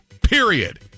period